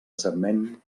sarment